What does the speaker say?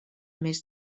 més